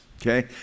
Okay